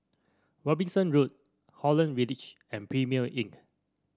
Robinson Road Holland Village and Premier Inn